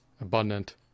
abundant